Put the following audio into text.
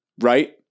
right